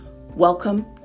Welcome